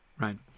right